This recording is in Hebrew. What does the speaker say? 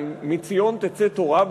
מציון תצא תורה,